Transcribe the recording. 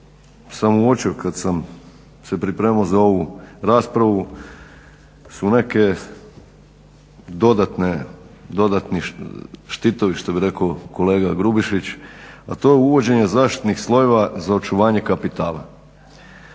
sam uočio kad sam se pripremao za ovu raspravu su neki dodatni štitovi što bi rekao kolega Grubišić, a to je uvođenje zaštitnih slojeva za očuvanje kapitala.